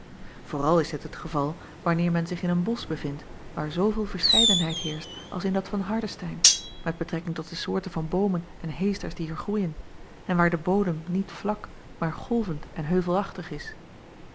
ooral is dit het geval wanneer men zich in een bosch bevindt waar zooveel verscheidenheid heerscht als in dat van ardestein met betrekking tot de soorten van boomen en heesters die er groeien en waar de bodem niet vlak maar golvend en heuvelachtig is